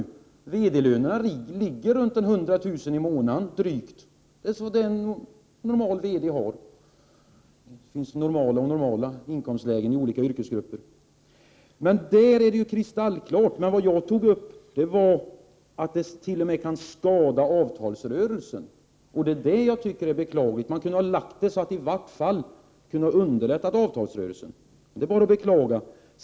Normala VD-löner ligger runt 100 000 kr. månaden. Det finns ”normala” inkomstlägen i olika yrkesgrupper. Men ja; sade att detta t.o.m. kan skada avtalsrörelsen. Det tycker jag är beklagligt Man kunde ändå ha gjort det så att det underlättar avtalsrörelsen. Nu är de bara att beklaga.